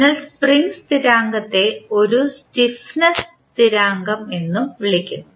അതിനാൽ സ്പ്രിംഗ് സ്ഥിരാങ്കത്തെ ഒരു സ്റ്റിഫ്നെസ്സ് സ്ഥിരാങ്കം എന്നും വിളിക്കുന്നു